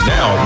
Now